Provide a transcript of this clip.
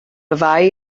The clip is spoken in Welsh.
ddau